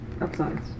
upsides